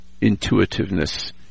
Intuitiveness